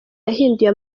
yahinduye